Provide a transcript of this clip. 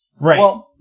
Right